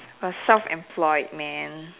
but self employed man